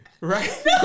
right